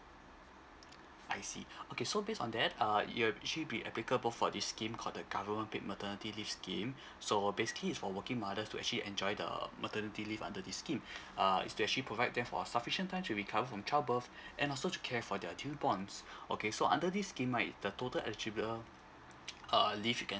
I see okay so based on that uh you will actually be applicable for this scheme called the government paid maternity leave scheme so basically it's for working mothers to actually enjoy the maternity leave under this scheme uh is to actually provide them for a sufficient time to recover from childbirth and also to care for their newborns okay so under this scheme right the total eligible err leave you can